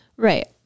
Right